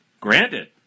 Granted